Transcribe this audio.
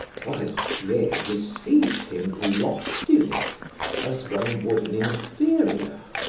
forestier received him loftily as one would an inferior.